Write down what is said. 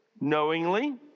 knowingly